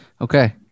okay